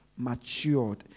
matured